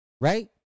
Right